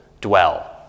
dwell